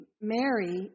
Mary